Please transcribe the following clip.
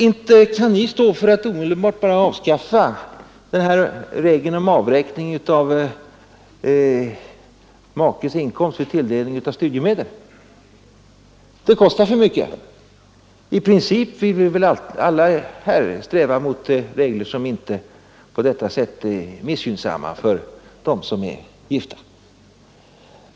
Inte kan ni stå för att omedelbart bara avskaffa regeln om avräkning av makes inkomst vid tilldelning av studiemedel — det kostar för mycket. I princip vill vi väl alla här sträva mot regler som inte på detta sätt missgynnar de gifta.